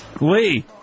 Lee